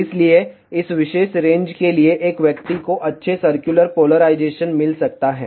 इसलिए इस विशेष रेंज के लिए एक व्यक्ति को अच्छे सर्कुलर पोलराइजेशन मिल सकता है